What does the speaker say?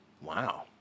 Wow